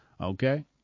okay